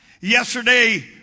yesterday